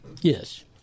Yes